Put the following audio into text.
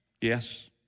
yes